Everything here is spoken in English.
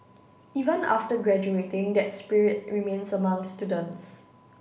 even after graduating that spirit remains among students